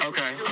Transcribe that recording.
Okay